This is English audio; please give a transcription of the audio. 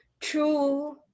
true